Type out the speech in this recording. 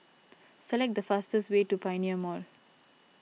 select the fastest way to Pioneer Mall